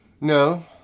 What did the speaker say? No